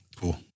Cool